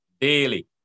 Daily